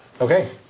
Okay